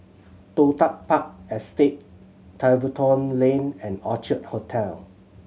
Toh Tuck Park Estate Tiverton Lane and Orchard Hotel